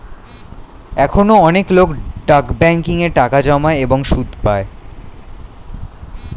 এখনো অনেক লোক ডাক ব্যাংকিং এ টাকা জমায় এবং সুদ পায়